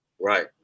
Right